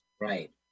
right